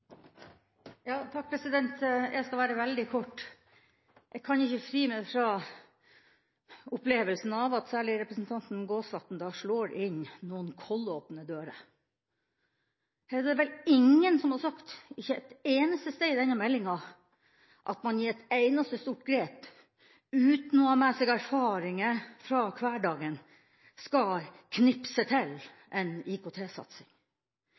Jeg skal være veldig kort. Jeg kan ikke fri meg fra opplevelsen av at særlig representanten Gåsvatn slår inn noen kollåpne dører. Her er det vel ingen som har sagt, ikke ett eneste sted i denne meldinga, at man i et eneste stort grep, uten å ha med seg erfaringer fra hverdagen, skal knipse